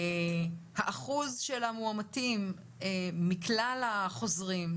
האם אחוז המאומתים מכלל החוזרים,